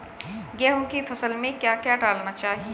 गेहूँ की फसल में क्या क्या डालना चाहिए?